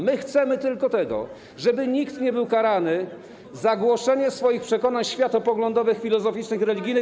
My chcemy tylko tego, żeby nikt nie był karany za głoszenie swoich przekonań światopoglądowych, filozoficznych i religijnych.